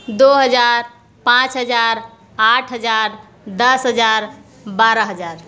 दो हज़ार पाँच हज़ार आठ हज़ार दस हज़ार बारह हज़ार